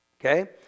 okay